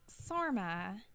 Sarma